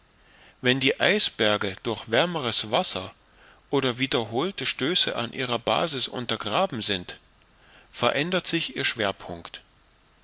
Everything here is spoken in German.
wenn die eisberge durch wärmeres wasser oder wiederholte stöße an ihrer basis untergraben sind verändert sich ihr schwerpunkt